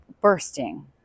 bursting